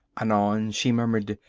anon she murmured,